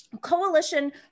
coalition